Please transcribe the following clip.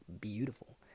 beautiful